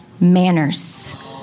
manners